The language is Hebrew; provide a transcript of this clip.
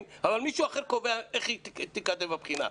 אבל מישהו אחר קובע איך תיכתב הבחינה.